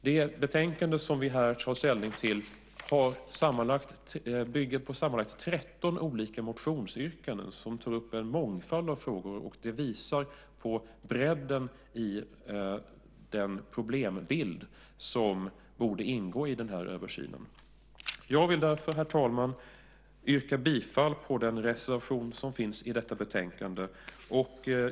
Det betänkande som vi här tar ställning till bygger på sammanlagt 13 motionsyrkanden som tar upp en mångfald frågor. Det visar på bredden i den problembild som borde ingå i översynen. Jag vill därför, herr talman, yrka bifall till den reservation som finns i detta betänkande.